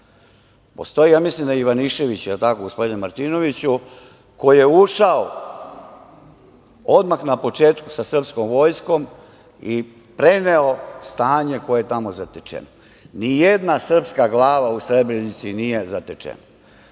preklanu. Postoji, ja mislim da je Ivanišević, jel tako, gospodine Martinoviću, koji je ušao odmah na početku sa srpskom vojskom i preneo stanje koje je tamo zatečeno, nijedan srpska glava u Srebrenici nije zatečena,